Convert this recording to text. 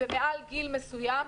ומעל גיל מסוים.